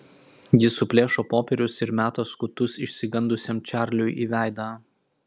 ji suplėšo popierius ir meta skutus išsigandusiam čarliui į veidą